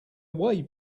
away